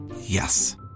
Yes